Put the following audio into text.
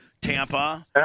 Tampa